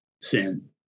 sin